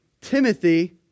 Timothy